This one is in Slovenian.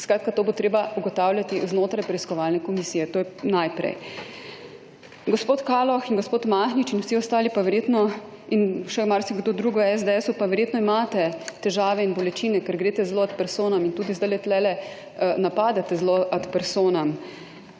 skratka to bo treba ugotavljati znotraj preiskovalne komisije. To je najprej. Gospod Kaloh in gospod Mahnič in vsi ostali pa verjetno, in še marsikdo drugi v SDS-u pa verjetno imate težave in bolečine, ker greste zelo ad personam in tudi zdajle tukajle napadate zelo ad personam.